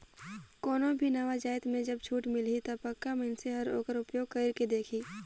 कोनो भी नावा जाएत में जब छूट मिलही ता पक्का मइनसे हर ओकर उपयोग कइर के देखही